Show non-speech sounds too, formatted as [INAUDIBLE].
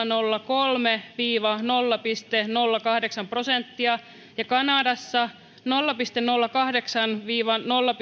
[UNINTELLIGIBLE] nolla kolme viiva nolla pilkku nolla kahdeksan prosenttia ja kanadassa nolla pilkku nolla kahdeksan viiva nolla [UNINTELLIGIBLE]